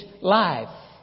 life